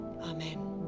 amen